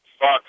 Fuck